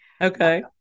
Okay